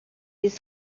his